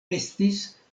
estis